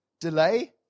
delay